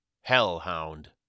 Hellhound